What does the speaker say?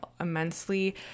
immensely